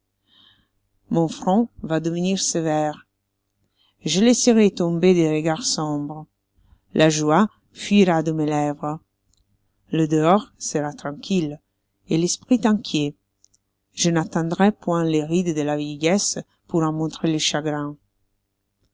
mon front va devenir sévère je laisserai tomber des regards sombres la joie fuira de mes lèvres le dehors sera tranquille et l'esprit inquiet je n'attendrai point les rides de la vieillesse pour en montrer les chagrins